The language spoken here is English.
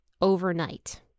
overnight